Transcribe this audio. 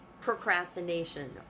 procrastination